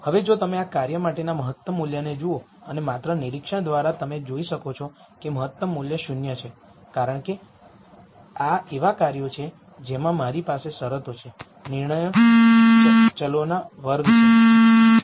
હવે જો તમે આ કાર્ય માટેના મહત્તમ મૂલ્યને જુઓ અને માત્ર નિરીક્ષણ દ્વારા તમે જોઈ શકો છો કે મહત્તમ મૂલ્ય 0 છે કારણ કે આ એવા કાર્યો છે જ્યાં મારી પાસે શરતો છે જે નિર્ણય ચલોના વર્ગ છે